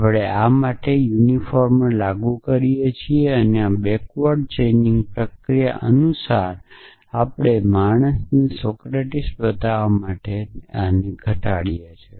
આપણે આ માટે આ યુનિફોર્મર લાગુ કરીએ છીએ અને આ બેક્વર્ડ ચેઇનિંગ પ્રક્રિયા અનુસાર આપણે માણસ સોક્રેટીસ બતાવવા માટે આ ઘટાડીએ છીએ